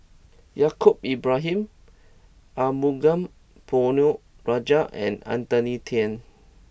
Yaacob Ibrahim Arumugam Ponnu Rajah and Anthony Then